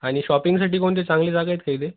आणि शॉपिंगसाठी कोणती चांगली जागा आहेत का इथे